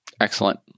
Excellent